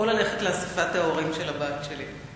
או ללכת לאספת ההורים של הבת שלי.